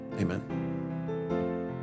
Amen